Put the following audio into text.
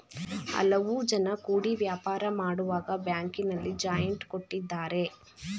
ಹಲವು ಜನ ಕೂಡಿ ವ್ಯಾಪಾರ ಮಾಡುವಾಗ ಬ್ಯಾಂಕಿನಲ್ಲಿ ಜಾಯಿಂಟ್ ಕೊಟ್ಟಿದ್ದಾರೆ